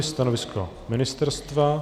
Stanovisko ministerstva?